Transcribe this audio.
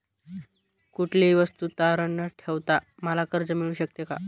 कुठलीही वस्तू तारण न ठेवता मला कर्ज मिळू शकते का?